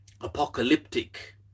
apocalyptic